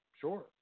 Sure